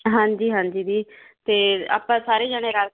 ਹਾਂਜੀ ਹਾਂਜੀ ਦੀ ਤੇ ਆਪਾਂ ਸਾਰੇ ਜਣੇ ਰਲ